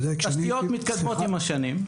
התשתיות מתקדמות עם השנים,